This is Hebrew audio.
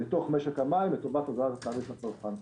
לתוך משק המים לטובת- -- תודה רבה.